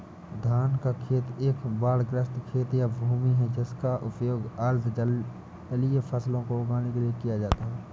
धान का खेत एक बाढ़ग्रस्त खेत या भूमि है जिसका उपयोग अर्ध जलीय फसलों को उगाने के लिए किया जाता है